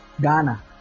Ghana